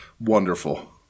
wonderful